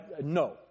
No